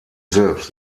selbst